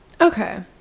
Okay